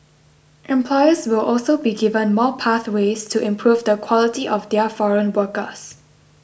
employers will also be given more pathways to improve the quality of their foreign workers